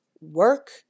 work